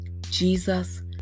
Jesus